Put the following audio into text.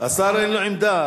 השר אין לו עמדה.